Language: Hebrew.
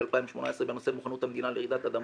2018 בנושא מוכנות המדינה לרעידת אדמה,